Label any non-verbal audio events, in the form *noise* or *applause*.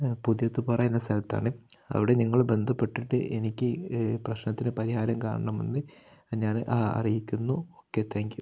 *unintelligible* പറയുന്ന സ്ഥലത്താണ് അവിടെ നിങ്ങള് ബന്ധപ്പെട്ടിട്ട് എനിക്കു പ്രശ്നത്തിനു പരിഹാരം കാണണമെന്നു ഞാന് അറിയിക്കുന്നു ഓക്കെ താങ്ക്യൂ